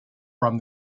from